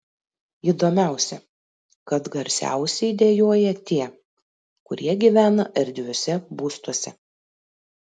įdomiausia kad garsiausiai dejuoja tie kurie gyvena erdviuose būstuose